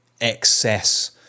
excess